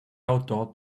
outdoor